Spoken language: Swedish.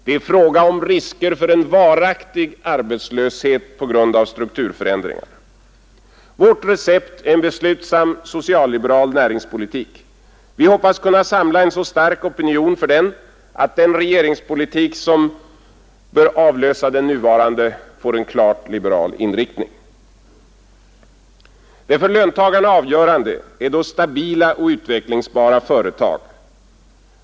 Det är fråga om risker för en varaktig arbetslöshet på grund av strukturförändringar. Vårt recept är en beslutsam social-liberal näringspolitik. Vi hoppas kunna samla en så stark opinion för den att den regeringspolitik som bör avlösa den nuvarande får en klart liberal inriktning. , Det för löntagarna avgörande är stabila och utvecklingsbara företag.